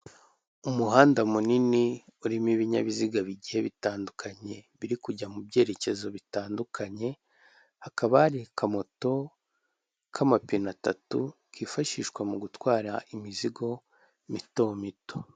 Umuhanda munini urimo ibinyabiziga bigira bitandukanye biri kujya mu byerekezo bitandukanye hakaba hari akamoto k'amapine atatu kifashishwa mu gutwara imizigo mito mito.